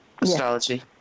astrology